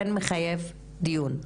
כן מחייב דיון,